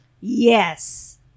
Yes